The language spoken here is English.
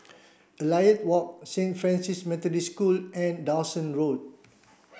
Elliot Walk Saint Francis Methodist School and Dawson Road